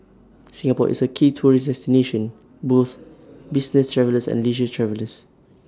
Singapore is A key tourist destination both business travellers and leisure travellers